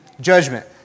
judgment